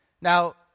Now